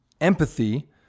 Empathy